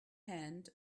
hand